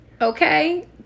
Okay